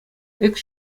экс